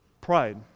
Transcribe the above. Pride